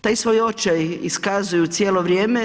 Taj svoj očaj iskazuju cijelo vrijeme.